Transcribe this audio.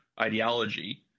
ideology